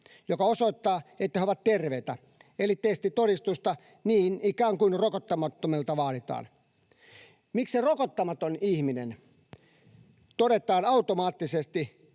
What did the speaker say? joka osoittaa, että he ovat terveitä, eli testitodistusta, niin kuin rokottamattomilla vaaditaan? Miksi rokottamaton ihminen todetaan tai